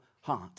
heart